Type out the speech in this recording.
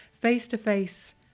face-to-face